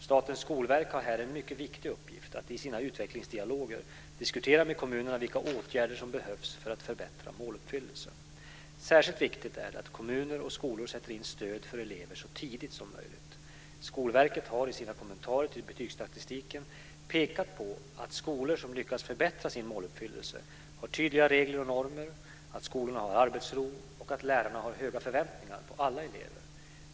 Statens skolverk har här en mycket viktig uppgift att i sina utvecklingsdialoger diskutera med kommunerna vilka åtgärder som behövs för att förbättra måluppfyllelsen. Särskilt viktigt är det att kommuner och skolor sätter in stöd för elever så tidigt som möjligt. Skolverket har i sina kommentarer till betygsstatistiken pekat på att skolor som lyckas förbättra sin måluppfyllelse har tydliga regler och normer, att skolorna har arbetsro och att lärarna har höga förväntningar på alla elever.